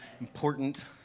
important